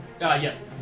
Yes